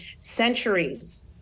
centuries